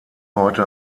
heute